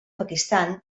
pakistan